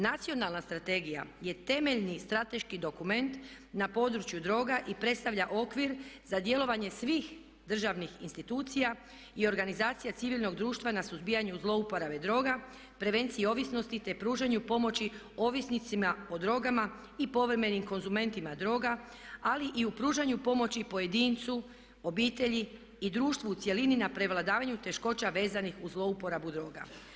Nacionalna strategija je temeljni strateški dokument na području droga i predstavlja okvir za djelovanje svih državnih institucija i organizacija civilnog društva na suzbijanju zlouporabe droga, prevencije ovisnosti te pružanju i pomoći ovisnicima o drogama i povremenim konzumentima droga ali i pružanju pomoći pojedincu, obitelji i društvu u cjelini na prevladavanju teškoća vezanih uz zlouporabu droga.